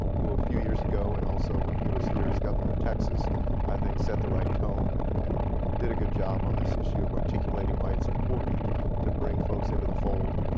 who a few years ago, and also when he was here as governor of texas i think set the right tone and and did a good job on this issue of articulating why it's important to bring folks into the fold.